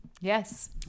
Yes